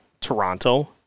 Toronto